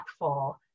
impactful